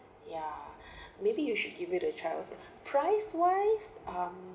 ya maybe you should give it a try also price wise uh